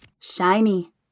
Shiny